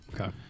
Okay